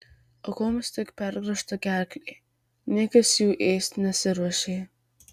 aukoms tik pergraužta gerklė niekas jų ėsti nesiruošė